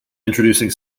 introducing